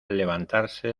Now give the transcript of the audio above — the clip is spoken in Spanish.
levantarse